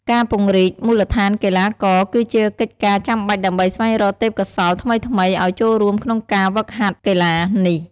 ការពង្រីកមូលដ្ឋានកីឡាករគឺជាកិច្ចការចាំបាច់ដើម្បីស្វែងរកទេពកោសល្យថ្មីៗអោយចូលរួមក្នុងការវឹកហាត់កីឡានេះ ។